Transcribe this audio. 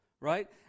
right